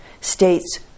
states